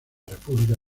república